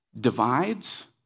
divides